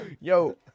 yo